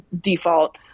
default